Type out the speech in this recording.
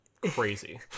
crazy